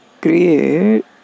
create